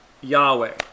Yahweh